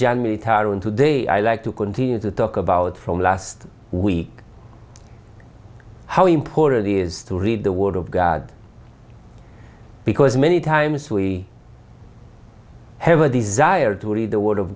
tyrant today i like to continue to talk about from last week how important is to read the word of god because many times we have a desire to read the word of